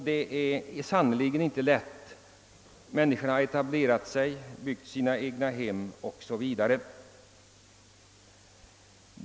Dessa människor har ofta egnahem och har etablerat sig på sin ort.